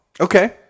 Okay